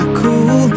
cool